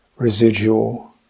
residual